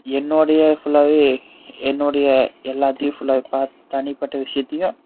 என்னுடைய ஃபுல்லாகவே என்னுடைய எல்லாத்தையும் ஃபுல்லாகவே பார்த்து தனிப்பட்ட விஷயத்தையும்